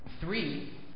Three